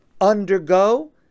undergo